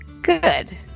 Good